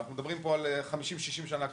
אני מדבר על 50-60 שנים קדימה.